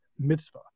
mitzvah